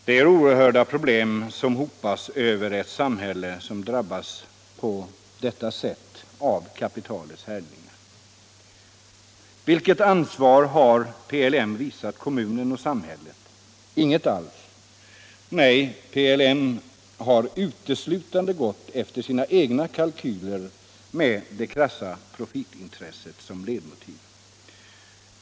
Det är oerhörda problem som hopas över ett samhälle som drabbas på detta sätt av kapitalets härjningar. Vilket ansvar har PLM visat kommunen och samhället? Inget alls. Nej, PLM har uteslutande gått efter sina egna kalkyler med det krassa profitintresset som ledmotiv.